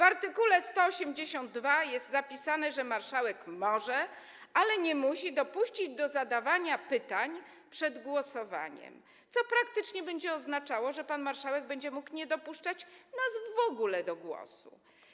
W art. 182 jest zapisane, że marszałek może, ale nie musi dopuścić do zadawania pytań przed głosowaniem, co praktycznie będzie oznaczało, że pan marszałek będzie mógł nie dopuszczać nas w ogóle do głosu.